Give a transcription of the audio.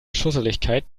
schusseligkeit